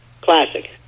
Classic